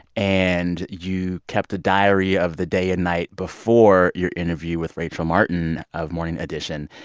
and you kept a diary of the day and night before your interview with rachel martin of morning edition.